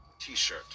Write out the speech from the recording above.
t-shirt